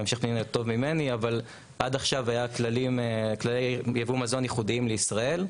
היה כללי ייבוא מזון ייחודים לישראל.